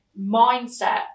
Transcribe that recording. mindset